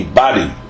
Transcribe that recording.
body